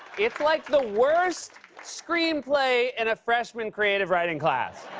it's like the worst screen play in a freshman creative writing class.